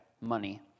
money